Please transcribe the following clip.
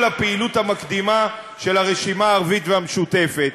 הפעילות המקדימה של הרשימה הערבית המשותפת.